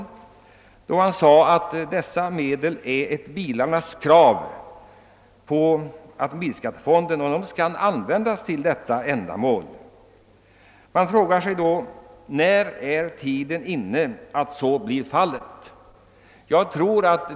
Han sade nämligen att dessa medel är ett bilarnas krav på automobilskattefonden och att de skall brukas för just detta ändamål. Man frågar då: När är tiden inne att se till att så blir fallet?